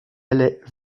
allait